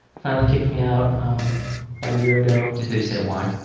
finally kicked me out about a year ago. did they say why?